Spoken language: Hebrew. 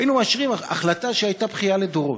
היינו משאירים החלטה שהייתה בכייה לדורות.